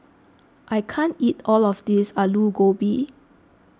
I can't eat all of this Aloo Gobi